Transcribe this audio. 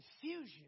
confusion